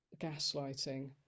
gaslighting